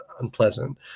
unpleasant